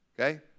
Okay